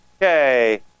Okay